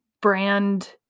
brand